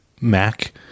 Mac